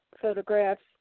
photographs